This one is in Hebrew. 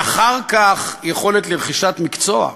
ואחר כך יכולת לרכישת מקצוע,